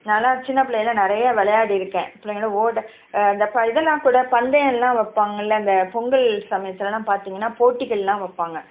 நானெலாம் சின்ன பிள்ளையில நிறைய விளையாடி இருக்கேன் பிள்ளைங்களோட ஓட இந்த ப இதெல்லாம் கூட பந்தயமெலாம் வைப்பாங்கல்ல அந்த பொங்கல் சமயத்துலெலாம் பார்த்தீங்கன்னா போட்டிகளெலாம் வைப்பாங்க